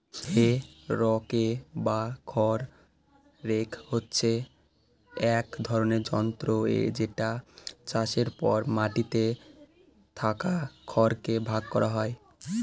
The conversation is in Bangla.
হে রকে বা খড় রেক হচ্ছে এক ধরনের যন্ত্র যেটা চাষের পর মাটিতে থাকা খড় কে ভাগ করা হয়